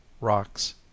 rocks